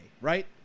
right